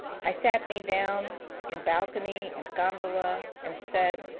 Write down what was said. i sat me down in balcony and gondola and said,